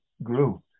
grew